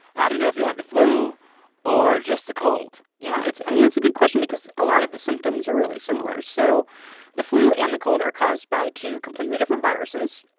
how do you know if you have the flu or just the cold? yeah, it's i mean, it's a good question because a lot of the symptoms are really similar. so the flu and the cold are caused by two completely different viruses,